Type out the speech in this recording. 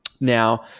Now